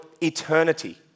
eternity